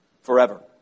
forever